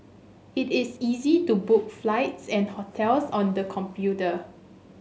it is easy to book flights and hotels on the computer